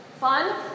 Fun